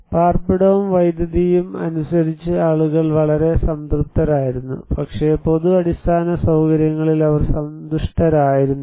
പാർപ്പിടവും വൈദ്യുതിയും അനുസരിച്ച് ആളുകൾ വളരെ സംതൃപ്തരായിരുന്നു പക്ഷേ പൊതു അടിസ്ഥാന സൌകര്യങ്ങളിൽ അവർ സന്തുഷ്ടരായിരുന്നില്ല